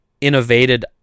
innovated